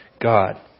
God